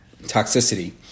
toxicity